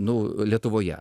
nu lietuvoje